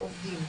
העובדים.